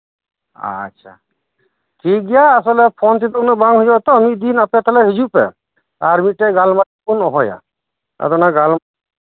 ᱟᱪᱷᱟ ᱴᱷᱤᱠᱜᱮᱭᱟ ᱟᱥᱚᱞᱮ ᱯᱷᱚᱱᱛᱮᱫᱚ ᱩᱱᱟᱹᱜ ᱵᱟᱝ ᱦᱩᱭᱩᱜ ᱟᱛᱚ ᱢᱤᱫ ᱫᱤᱱ ᱟᱯᱮ ᱛᱟᱦᱚᱞᱮ ᱦᱤᱡᱩᱜ ᱯᱮ ᱟᱨ ᱢᱤᱫᱴᱮᱡ ᱜᱟᱞᱢᱟᱨᱟᱣᱵᱩᱱ ᱦᱚᱦᱚᱭᱟ ᱟᱫᱚ ᱚᱱᱟ ᱜᱟᱞᱢᱟᱨᱟᱣ